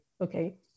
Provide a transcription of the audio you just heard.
okay